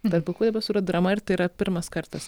tarp pilkų debesų yra drama ir tai yra pirmas kartas